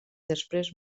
després